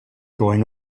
going